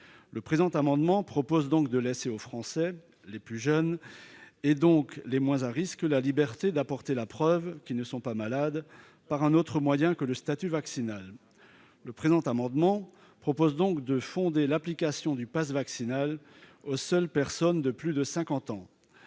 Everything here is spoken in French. Le présent amendement vise donc à laisser aux Français les plus jeunes, et donc les moins à risque, la liberté d'apporter la preuve qu'ils ne sont pas malades par un autre moyen que le seul statut vaccinal. Par cet amendement, nous proposons de réserver l'application du passe vaccinal aux seules personnes de plus de 50 ans.